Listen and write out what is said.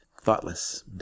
thoughtless